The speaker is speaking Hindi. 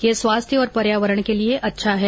यह स्वास्थ्य और पर्यावरण के लिए अच्छा है